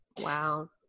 Wow